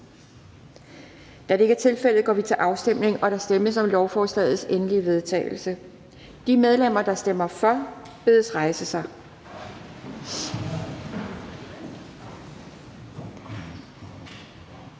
Anden næstformand (Pia Kjærsgaard): Der stemmes om lovforslagets endelige vedtagelse. De medlemmer, der stemmer for, bedes rejse sig.